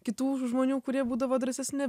kitų žmonių kurie būdavo drąsesni